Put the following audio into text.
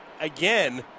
again